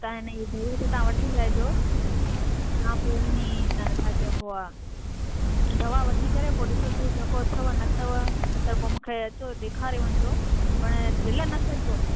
तव्हांखे इन जी ज़रूरत आ्हे त तव्हां वठी लाएजो या पोइ अनि छा चएबो आहे दवा वठी करे पोइ ॾिसो सूरु जेको अथव न अथव त त पोइ मूंखे अचो ॾेखारे वञजो पर ढील न कजो